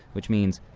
which means,